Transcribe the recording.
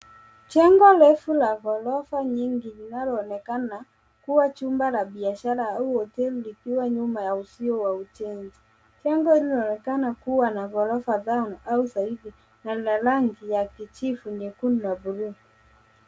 Jengo refu la ghorofa nyingi linaloonekana kuwa jumba la bishara au hoteli ikiwa nyuma ya uzio wa ujenzi. Jengo hili linaonekana kuwa na ghorofa tano au zaidi na lina rangi ya kijivu, nyekundu na bluu,